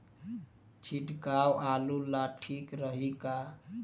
छिड़काव आलू ला ठीक रही का?